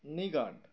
knee guard